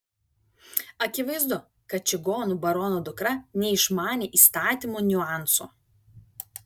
akivaizdu kad čigonų barono dukra neišmanė įstatymų niuansų